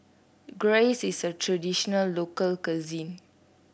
gyros is a traditional local cuisine